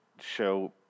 show